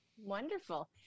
Wonderful